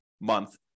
month